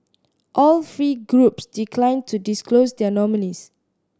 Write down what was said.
all three groups declined to disclose their nominees